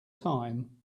time